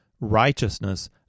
Righteousness